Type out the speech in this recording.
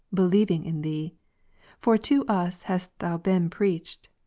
believing in thee for to us hast thou been preached.